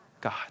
God